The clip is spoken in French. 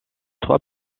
trois